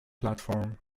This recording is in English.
platform